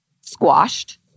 squashed